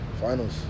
Finals